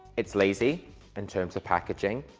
it's lazy in terms of packaging,